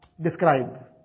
describe